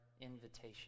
invitation